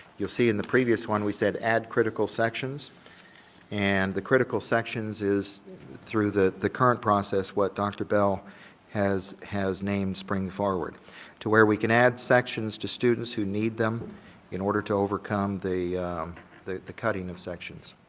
you'll see in the previous one we said add critical sections and the critical sections is through the the current process what dr. bell has has named spring forward to where we can add sections to students who need them in order to overcome the the cutting of sections.